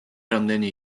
რამდენი